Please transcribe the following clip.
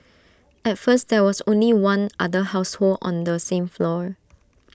at first there was only one other household on the same floor